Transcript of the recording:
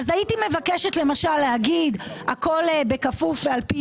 אז הייתי מבקשת למשל להגיד שהכול בכפוף ועל פי